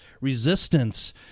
resistance